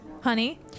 honey